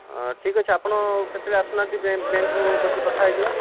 ଅ ଠିକ୍ଅଛି ଆପଣ କେତେବେଳେ ଆସୁନାହାନ୍ତି ବେ ବ୍ୟାଙ୍କ କୁ ବସି କଥାହେଇଯିବା